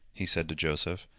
he said to joseph.